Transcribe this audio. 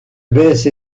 baisse